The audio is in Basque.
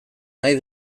nahi